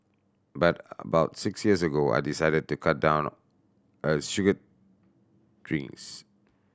but about six years ago I decided to cut down a sugared drinks